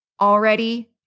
already